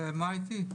רגע אבל מה איתי?